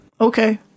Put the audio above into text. Okay